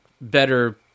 better